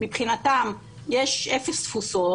מבחינתם יש אפס תפוסות,